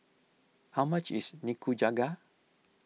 how much is Nikujaga